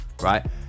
right